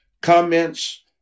comments